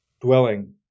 dwelling